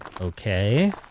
okay